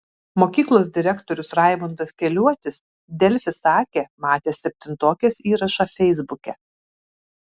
mokyklos direktorius raimundas keliuotis delfi sakė matęs septintokės įrašą feisbuke